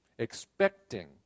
expecting